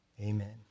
amen